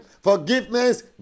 Forgiveness